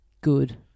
good